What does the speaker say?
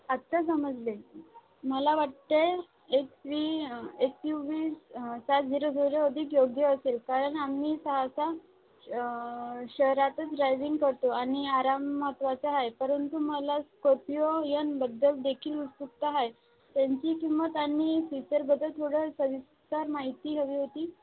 आता समजले मला वाटते X V X U V सात झिरो झिरो अधिक योग्य असेल कारण आम्ही सहसा श शहरातच ड्रायविंग करतो आणि आराम महत्त्वाचा हाय परंतु मला स्कॉर्पियो यनबद्दल देखील उत्सुकता हाय त्यांची किंमत आणि फीचरबद्दल थोडं सविस्तर माहिती हवी होती